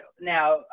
Now